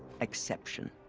exception.